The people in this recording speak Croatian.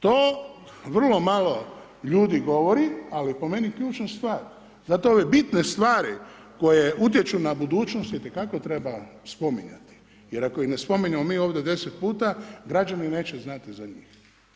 To vrlo malo ljudi govori, ali po meni ključna stvar, zato ove bitne stvari koje utječu na budućnost itekako treba spominjati, jer ako ih ne spominjemo mi ovdje deset puta, građani neće znati za njih.